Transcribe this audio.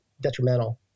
detrimental